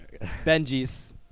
Benji's